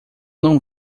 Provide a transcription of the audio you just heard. não